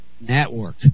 network